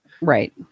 Right